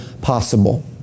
possible